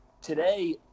today